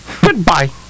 Goodbye